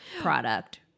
product